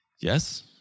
Yes